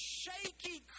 shaky